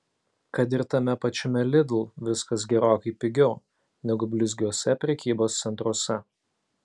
kad ir tame pačiame lidl viskas gerokai pigiau negu blizgiuose prekybos centruose